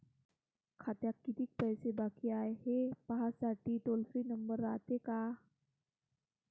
खात्यात कितीक पैसे बाकी हाय, हे पाहासाठी टोल फ्री नंबर रायते का?